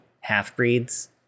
half-breeds